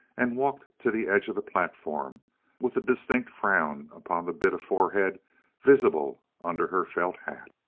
and walked to the edge of the platform with a distinct frown upon the bit of forehead visible under her felt hat.